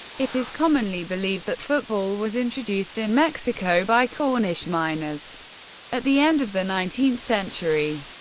it is commonly believed that football was introduced in mexico by cornish miners at the end of the nineteenth century.